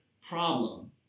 problem